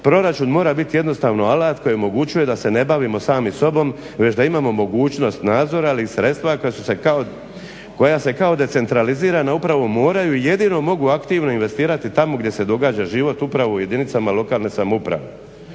proračun mora biti jednostavno alat koji omogućuje da se ne bavimo samim sobom već da imamo mogućnost nadzora ali i sredstva koja su kao koja se kao decentralizirana upravo moraju i jedino mogu aktivno investirati tamo gdje se događa život upravo u jedinicama lokalne samouprave.